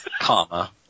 comma